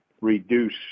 reduce